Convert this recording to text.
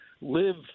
live